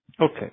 Okay